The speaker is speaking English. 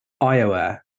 iowa